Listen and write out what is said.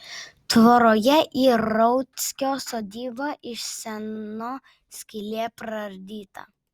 tvoroje į rauckio sodybą iš seno skylė praardyta